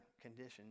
condition